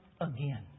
again